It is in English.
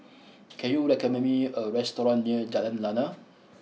can you recommend me a restaurant near Jalan Lana